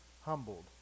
humbled